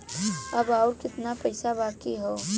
अब अउर कितना पईसा बाकी हव?